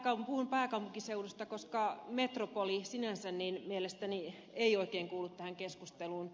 puhun pääkaupunkiseudusta koska metropoli sinänsä ei mielestäni oikein kuulu tähän keskusteluun